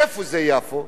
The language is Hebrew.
איפה זה יפו?